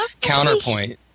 counterpoint